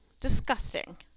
Disgusting